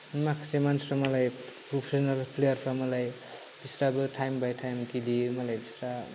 माखासे मानसिफ्रा मालाय प्रफेसनेल प्लेयारफ्रा मालाय बिस्राबो थाइम बाय थाइम गेलेयो मालाय बिस्रा